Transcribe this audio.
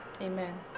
Amen